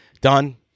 done